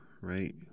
Right